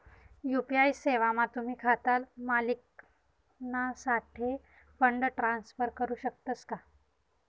UPI सेवामा तुम्ही खाता मालिकनासाठे फंड ट्रान्सफर करू शकतस का